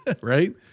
Right